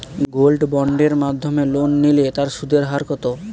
Gold বন্ডের মাধ্যমে loan নিলে তার সুদের হার কত?